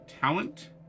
talent